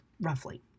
roughly